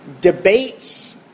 Debates